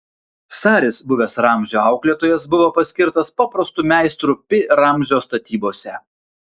saris buvęs ramzio auklėtojas buvo paskirtas paprastu meistru pi ramzio statybose